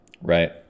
right